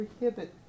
prohibit